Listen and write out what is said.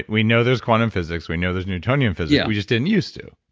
we know there's quantum physics, we know there's newtonian physics yeah we just didn't use to